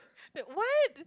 but what